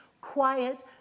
quiet